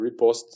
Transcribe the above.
repost